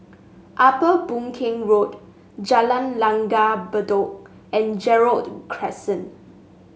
Upper Boon Keng Road Jalan Langgar Bedok and Gerald Crescent